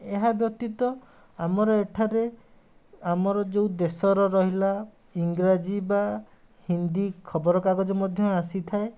ଏହା ବ୍ୟତୀତ ଆମର ଏଠାରେ ଆମର ଯେଉଁ ଦେଶର ରହିଲା ଇଂରାଜୀ ବା ହିନ୍ଦୀ ଖବର କାଗଜ ମଧ୍ୟ ଆସିଥାଏ